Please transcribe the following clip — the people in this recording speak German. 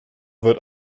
wird